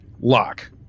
Lock